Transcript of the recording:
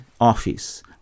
office